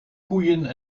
koeien